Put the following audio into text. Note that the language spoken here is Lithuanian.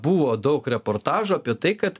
buvo daug reportažų apie tai kad